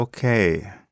Okay